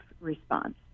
response